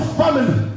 family